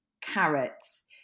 carrots